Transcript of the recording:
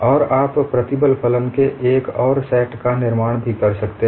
और आप प्रतिबल फलन के एक और सेट का निर्माण भी कर सकते हैं